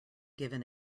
given